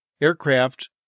aircraft